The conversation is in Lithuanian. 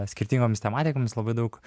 skirtingomis tematikomis labai daug